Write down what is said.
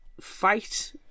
fight